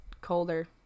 colder